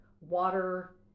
water